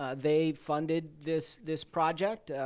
ah they funded this this project.